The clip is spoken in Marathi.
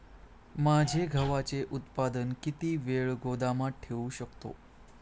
माझे गव्हाचे उत्पादन किती वेळ गोदामात ठेवू शकतो?